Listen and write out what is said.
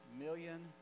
million